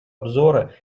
обзора